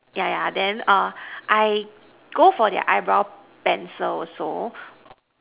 yeah yeah then err I go for their eyebrow pencil also